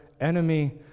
enemy